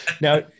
Now